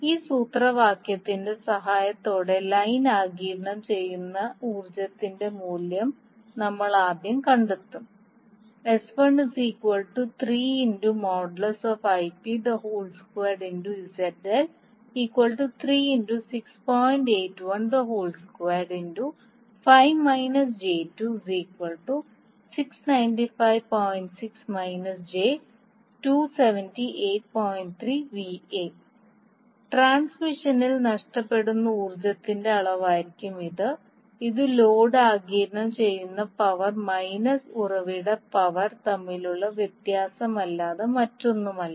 ഈ സൂത്രവാക്യത്തിന്റെ സഹായത്തോടെ ലൈൻ ആഗിരണം ചെയ്യുന്ന ഊർജ്ജത്തിന്റെ മൂല്യം നമ്മൾ ആദ്യം കണ്ടെത്തും ട്രാൻസ്മിഷനിൽ നഷ്ടപ്പെടുന്ന ഊർജ്ജത്തിന്റെ അളവായിരിക്കും ഇത് ഇത് ലോഡ് ആഗിരണം ചെയ്യുന്ന പവർ മൈനസ് ഉറവിട പവർ തമ്മിലുള്ള വ്യത്യാസമല്ലാതെ മറ്റൊന്നുമല്ല